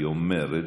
היא אומרת,